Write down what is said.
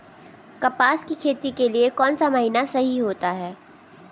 कपास की खेती के लिए कौन सा महीना सही होता है?